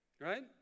right